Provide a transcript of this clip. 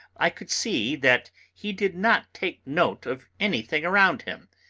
i could see that he did not take note of anything around him,